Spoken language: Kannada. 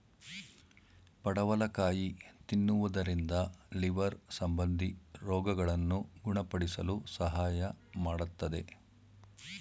ಪಡವಲಕಾಯಿ ತಿನ್ನುವುದರಿಂದ ಲಿವರ್ ಸಂಬಂಧಿ ರೋಗಗಳನ್ನು ಗುಣಪಡಿಸಲು ಸಹಾಯ ಮಾಡತ್ತದೆ